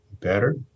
better